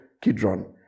Kidron